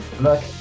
look